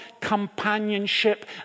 companionship